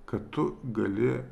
kad tu gali